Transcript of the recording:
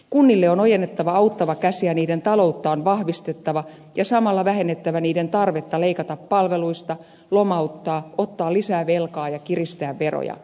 kunnille on ojennettava auttava käsi ja niiden taloutta on vahvistettava ja samalla vähennettävä niiden tarvetta leikata palveluista lomauttaa ottaa lisää velkaa ja kiristää veroja